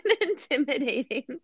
intimidating